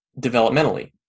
developmentally